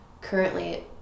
currently